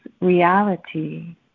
reality